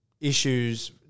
issues